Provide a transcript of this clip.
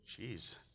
Jeez